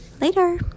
later